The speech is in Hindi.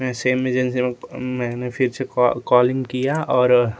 सेम एजेंसी को मैंने फिर से कालिंग किया और